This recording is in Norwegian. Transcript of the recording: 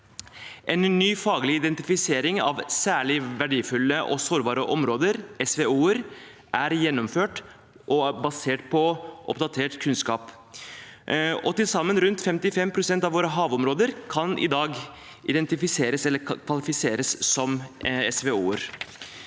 En ny faglig identifisering av særlig verdifulle og sårbare områder, SVO-er, er gjennomført, basert på oppdatert kunnskap. Til sammen kan rundt 55 pst. av våre havområder i dag identifiseres eller kvalifiseres som SVO-er.